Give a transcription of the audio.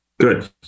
good